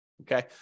Okay